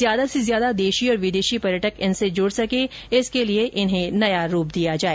ज्यादा से ज्यादा देशी और विदेशी पर्यटक इनसे जुड़ सके इसके लिए इन्हें नया रूप दिया जाए